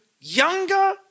younger